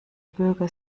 bürger